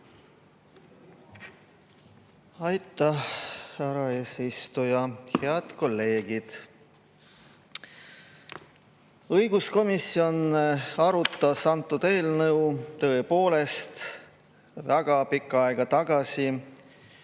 Aitäh, härra eesistuja! Head kolleegid! Õiguskomisjon arutas seda eelnõu tõepoolest väga pikka aega tagasi,